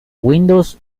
windows